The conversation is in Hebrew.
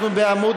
אנחנו בעמוד